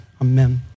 amen